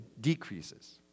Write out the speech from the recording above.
decreases